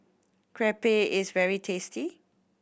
crepe is very tasty